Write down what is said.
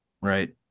right